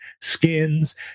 skins